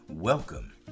Welcome